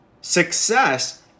success